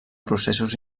processos